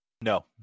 No